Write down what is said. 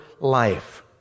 life